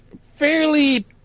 fairly